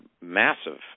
massive